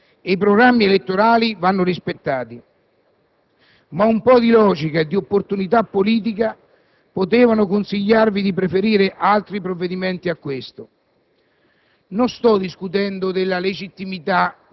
Certamente era nel vostro programma e i programmi elettorali vanno rispettati, ma un po' di logica e di opportunità politica potevano consigliarvi di preferire altri provvedimenti a questo.